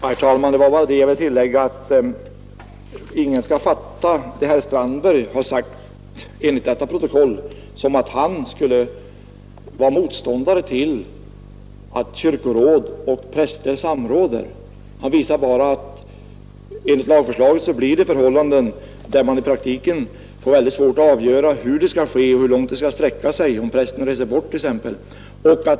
Herr talman! Jag vill bara tillägga att ingen skall fatta det herr Strandberg enligt protokollet sagt så att han skulle vara motståndare till att kyrkoråd och präster samråder. Han visar bara att det enligt lagförslaget uppstår förhållanden där man i praktiken får mycket svårt att avgöra hur det skall ske och hur långt det skall sträcka sig, om prästen reser bort t.ex.